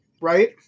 right